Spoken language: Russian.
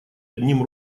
одним